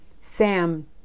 Sam